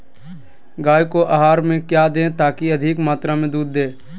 गाय को आहार में क्या दे ताकि अधिक मात्रा मे दूध दे?